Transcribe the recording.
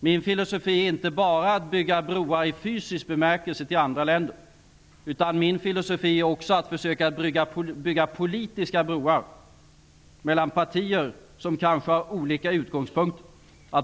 Min filosofi är inte bara att i fysisk bemärkelse bygga broar till andra länder, utan min filosofi är också att försöka bygga politiska broar mellan partier som kanske har olika utgångspunkter.